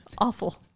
Awful